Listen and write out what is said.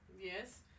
Yes